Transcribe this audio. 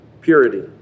Purity